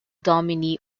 domini